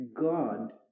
God